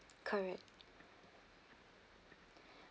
correct